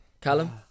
Callum